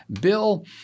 Bill